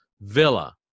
Villa